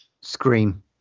Scream